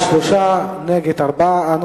שלושה בעד, ארבעה נגד.